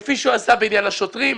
כפי שהוא עשה בעניין השוטרים,